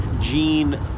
Gene